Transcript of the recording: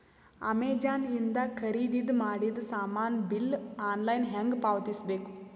Amazon ಇಂದ ಖರೀದಿದ ಮಾಡಿದ ಸಾಮಾನ ಬಿಲ್ ಆನ್ಲೈನ್ ಹೆಂಗ್ ಪಾವತಿಸ ಬೇಕು?